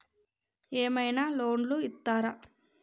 ఏమైనా లోన్లు ఇత్తరా?